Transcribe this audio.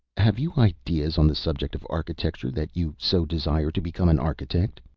have you ideas on the subject of architecture that you so desire to become an architect?